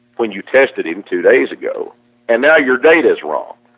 when you tested him two days ago and now your date as well.